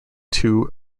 two